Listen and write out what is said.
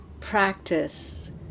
practice